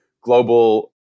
global